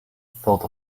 thought